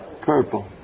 purple